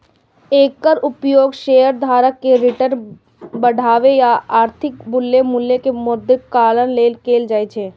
एकर उपयोग शेयरधारक के रिटर्न बढ़ाबै आ कथित उद्यम मूल्य के मौद्रीकरण लेल कैल जाइ छै